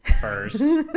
First